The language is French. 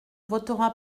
votera